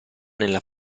nella